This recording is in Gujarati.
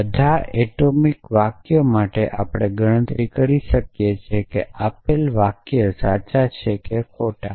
બધા એટોમિક વાક્યો માટે આપણે ગણતરી કરી શકીએ કે આપેલ વાક્ય સાચા છે કે ખોટા